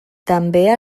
també